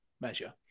measure